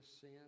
sin